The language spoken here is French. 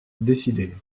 décidée